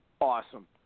Awesome